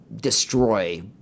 destroy